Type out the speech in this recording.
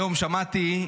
היום שמעתי,